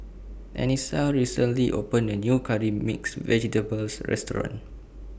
Anissa recently opened A New Curry Mixed Vegetables Restaurant